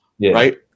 right